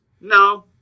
No